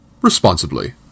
responsibly